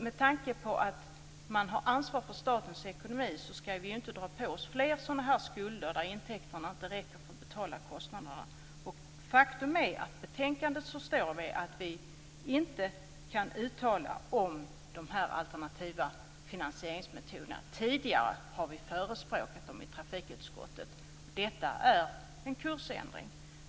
Med tanke på att vi har ansvaret för statens ekonomi ska vi inte dra på oss fler skulder där intäkterna inte räcker till för att betala kostnaderna. Faktum är att det i betänkandet står att vi inte kan uttala oss om de alternativa finansieringsmetoderna. Tidigare har vi förespråkat dem i trafikutskottet. Detta är en kursändring.